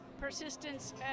persistence